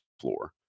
floor